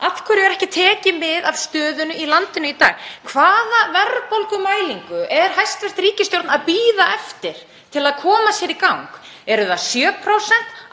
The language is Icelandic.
Af hverju er ekki tekið mið af stöðunni í landinu í dag? Hvaða verðbólgumælingu er hæstv. ríkisstjórn að bíða eftir til að koma sér í gang? Eru það 7%,